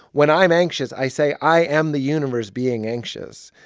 when i'm anxious, i say, i am the universe being anxious.